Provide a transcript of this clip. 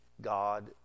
God